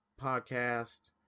podcast